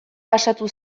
pasatu